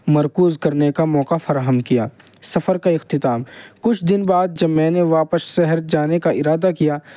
مرکوز کرنے کا موقع فراہم کیا سفر کا اختتام کچھ دن بعد جب میں نے واپس شہر جانے کا ارادہ کیا